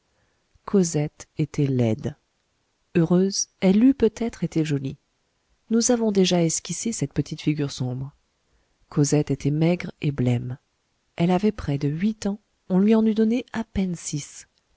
cosette était laide heureuse elle eût peut-être été jolie nous avons déjà esquissé cette petite figure sombre cosette était maigre et blême elle avait près de huit ans on lui en eût donné à peine six